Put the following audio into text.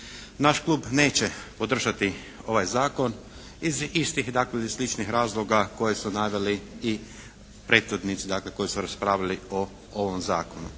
Naš klub neće podržati ovaj zakon iz istih ili sličnih dakle razloga koje su naveli prethodnici dakle koji su raspravljali o ovom zakonu.